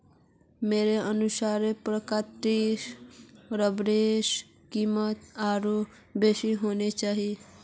मोर अनुसार प्राकृतिक रबरेर कीमत आरोह बेसी होना चाहिए